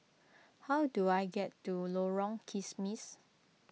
how do I get to Lorong Kismis